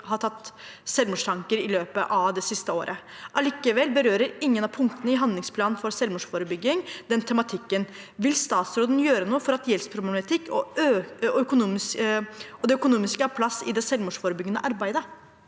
ha hatt selvmordstanker i løpet av det siste året. Allikevel berører ingen av punktene i handlingsplanen for selvmordsforebygging den tematikken. Vil statsråden gjøre noe for at gjeldsproblematikk og det økonomiske har plass i det selvmordsforebyggende arbeidet?